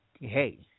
hey